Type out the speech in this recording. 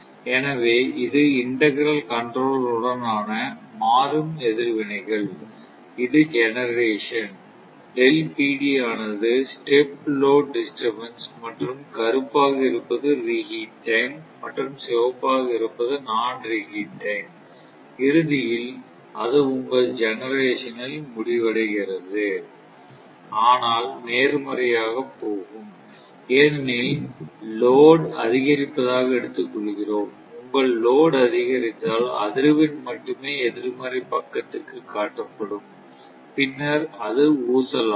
எனவே இது integral controller உடன் ஆன மாறும் எதிர்வினைகள் இது ஜெனெரசன் ஆனது ஸ்டெப் லோட் டிஸ்டர்பன்ஸ் மற்றும் கருப்பாக இருப்பது ரிஹீட் டைம் மற்றும் சிவப்பாக இருப்பது நான் ரிஹீட் டைம் இறுதியில் அது உங்கள் ஜெனெரசன் ல் முடிவடைகிறது ஆனால் நேர்மறையாக போகும் ஏனெனில் லோட் அதிகரிப்பதாக எடுத்துக் கொள்கிறோம் உங்கள் லோட் அதிகரித்தால் அதிர்வெண் மட்டுமே எதிர்மறை பக்கத்திற்கு காட்டப்படும் பின்னர் அது ஊசலாடும்